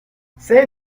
c’est